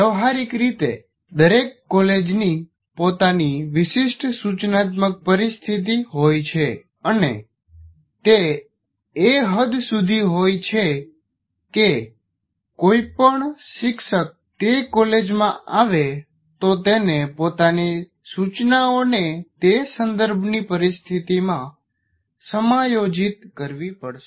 વ્યવહારિક રીતે દરેક કોલેજ ની પોતાની વિશિષ્ટ સૂચનાત્મક પરિસ્થિતિ હોય છે અને તે એ હદ સુધી હોઈ છે કે કોઇપણ શીક્ષક તે કોલેજ માં આવે તો તેને પોતાની સૂચનાઓને તે સંદર્ભની પરિસ્થિતિમાં સમાયોજિત કરવી પડશે